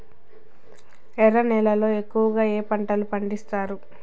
ఎర్ర నేలల్లో ఎక్కువగా ఏ పంటలు పండిస్తారు